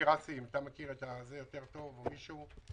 אתה מכיר יותר טוב את עניין הגיל?